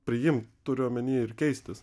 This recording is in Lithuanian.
priimt turiu omeny ir keistis